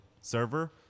server